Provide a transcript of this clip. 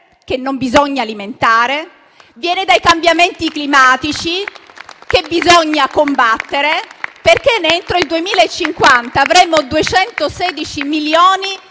che non bisogna alimentare; viene dai cambiamenti climatici che bisogna combattere, perché entro il 2050 avremo 216 milioni di